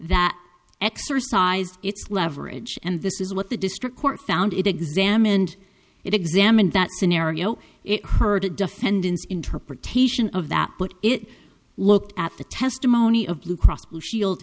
that exercised its leverage and this is what the district court found it examined it examined that scenario it heard a defendant's interpretation of that put it looked at the testimony of blue cross blue shield